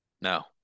No